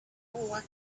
what